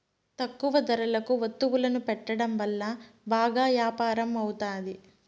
తక్కువ ధరలకు వత్తువులను పెట్టడం వల్ల బాగా యాపారం అవుతాది